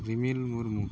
Rimil Murmu